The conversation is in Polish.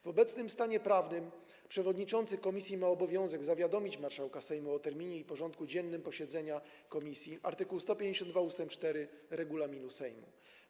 W obecnym stanie prawnym przewodniczący komisji ma obowiązek zawiadomić marszałka Sejmu o terminie i porządku dziennym posiedzenia komisji - art. 152 ust. 4 regulaminu Sejmu.